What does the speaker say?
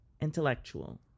Intellectual